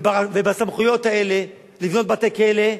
ובסמכויות האלה לבנות בתי-כלא,